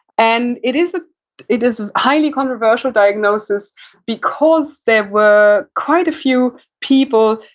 and it is ah it is a highly controversial diagnosis because there were quite a few people,